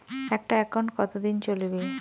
একটা একাউন্ট কতদিন চলিবে?